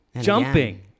Jumping